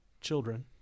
children—